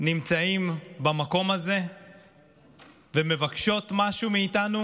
נמצאות במקום הזה ומבקשות משהו מאיתנו,